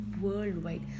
worldwide